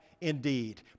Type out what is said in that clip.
indeed